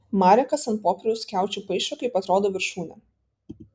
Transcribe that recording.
marekas ant popieriaus skiaučių paišo kaip atrodo viršūnė